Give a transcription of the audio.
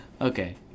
Okay